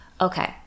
okay